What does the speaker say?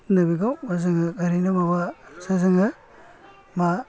होनो बिखौ जोङो एरैनो माबा जे जोङो मा